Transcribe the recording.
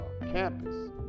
campus